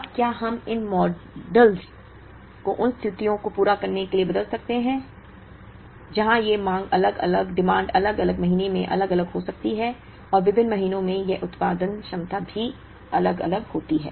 अब क्या हम इन मॉड्यूल को उन स्थितियों को पूरा करने के लिए बदल सकते हैं जहां ये मांग अलग अलग महीनों में अलग अलग हो सकती है और विभिन्न महीनों में यह उत्पादन क्षमता भी अलग अलग होती है